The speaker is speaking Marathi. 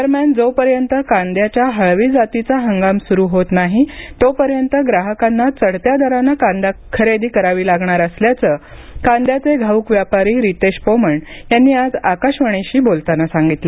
दरम्यान जोपर्यंत कांद्याच्या हळवी जातीचा हंगाम सुरू होत नाही तोपर्यंत ग्राहकांना चढत्या दराने कांदा खरेदी करावी लागणार असल्याचं कांद्याचे घाऊक व्यापारी रितेश पोमण यांनी आज आकाशवाणीशी बोलताना सांगितलं